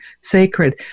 sacred